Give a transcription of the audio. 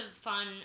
fun